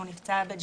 הוא נפצע בג'נין